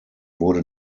wurde